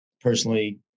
personally